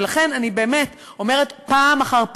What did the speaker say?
ולכן אני באמת אומרת פעם אחר פעם,